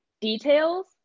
details